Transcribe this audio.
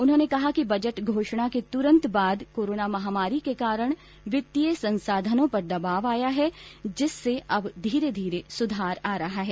उन्होंने कहा कि बजट घोषणा के तुरन्त बाद कोरोना महामारी के कारण वित्तीय संसाधनों पर दबाव आया है जिसमें अब धीरे धीरे सुधार आ रहा है